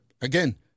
again